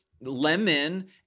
Lemon